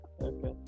Okay